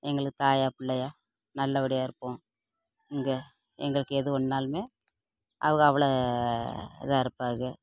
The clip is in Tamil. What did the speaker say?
எங்களுக்கு தாயாக பிள்ளையா நல்லபடியாக இருப்போம் இங்கே எங்களுக்கு எது ஒன்றுனாலுமே அவக அவ்வளோ இதாக இருப்பாக